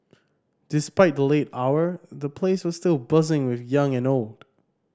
despite the late hour the place was still buzzing with young and old